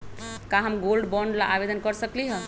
का हम gold bond ला आवेदन कर सकली ह?